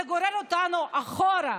זה גורר אותנו אחורה,